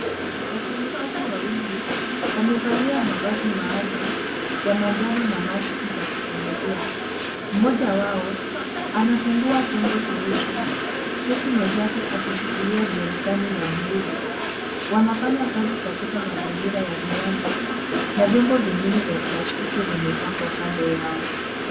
Wafanyikazi wawili wamevalia mavazi maalum ya manjano na maski za kupumulia. Mmoja wao anafungua chombo cheusi huku mwenzake akishikilia jerikani la blue .Wanafanya kazi katika mazingira ya viwanda na vyombo vingine vya plasitiki vimepangwa kando yao.